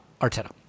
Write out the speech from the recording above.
Arteta